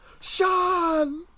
Sean